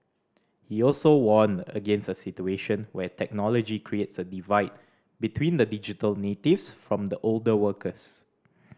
he also warned against a situation where technology creates a divide between the digital natives from the older workers